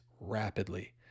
rapidly